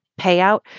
payout